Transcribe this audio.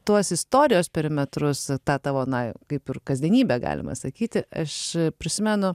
tuos istorijos perimetrus tą tavo na kaip ir kasdienybę galima sakyti aš prisimenu